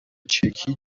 چکی